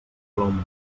humanitat